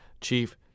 Chief